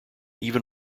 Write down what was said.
even